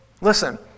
listen